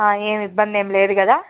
ఏమి ఇబ్బంది ఏం లేదు కదా